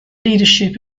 leadership